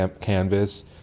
canvas